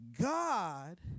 God